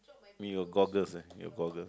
in your goggles eh your goggles